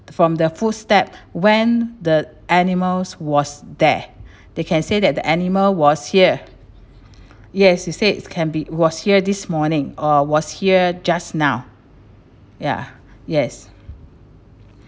from the footstep when the animals was there they can say that the animal was here yes he says can be was here this morning or was here just now ya yes